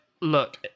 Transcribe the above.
look